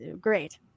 great